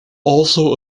also